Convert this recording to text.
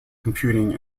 computing